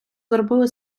зробили